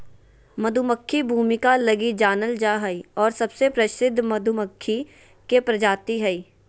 मधुमक्खी भूमिका लगी जानल जा हइ और सबसे प्रसिद्ध मधुमक्खी के प्रजाति हइ